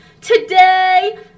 today